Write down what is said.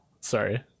Sorry